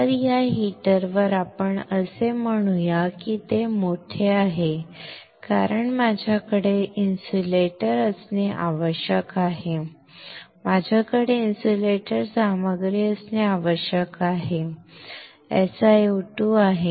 तर या हीटरवर आपण असे म्हणू या की ते मोठे आहे कारण माझ्याकडे इन्सुलेटर असणे आवश्यक आहे माझ्याकडे इन्सुलेट सामग्री असणे आवश्यक आहे हे SiO2 आहे